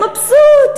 מבסוט,